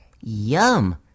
Yum